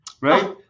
right